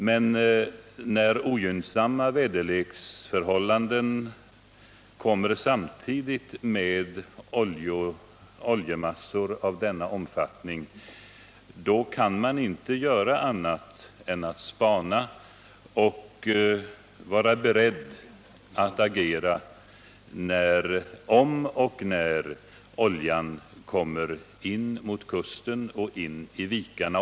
Men när ogynnsamma väderleksförhållanden kommer samtidigt med oljemassor av denna omfattning, kan man inte göra annat än att spana och vara beredd att agera om och när oljan kommer in mot kusten och in i vikarna.